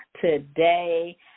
today